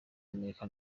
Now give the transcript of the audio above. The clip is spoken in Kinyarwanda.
y’amerika